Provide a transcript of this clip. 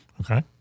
Okay